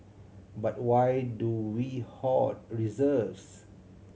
but why do we hoard reserves